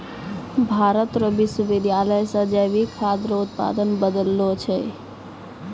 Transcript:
भारत रो कृषि विश्वबिद्यालय से जैविक खाद रो उत्पादन बढ़लो छै